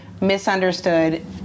misunderstood